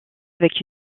avec